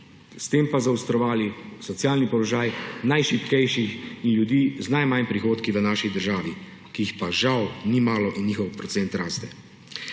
s tem pa zaostrovali socialni položaj najšibkejših in ljudi z najmanj prihodki v naši državi, ki jih pa žal ni malo in njihov procent raste.